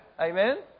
Amen